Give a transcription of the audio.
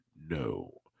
no